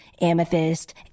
amethyst